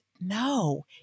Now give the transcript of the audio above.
no